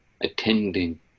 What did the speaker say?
attending